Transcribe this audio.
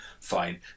Fine